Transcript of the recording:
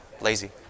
lazy